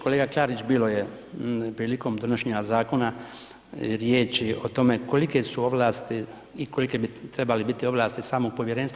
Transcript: Kolega Klarić, bilo je prilikom donošenja zakona riječi o tome kolike su ovlasti i kolike bi trebale biti ovlasti samog Povjerenstva.